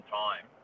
time